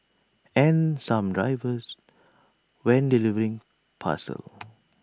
and some drivers when delivering parcels